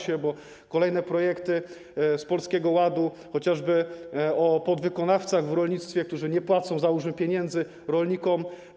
Są kolejne projekty wynikające z Polskiego Ładu, chociażby o podwykonawcach w rolnictwie, którzy nie płacą, załóżmy, pieniędzy rolnikom.